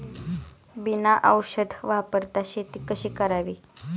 बिना औषध वापरता शेती कशी करावी?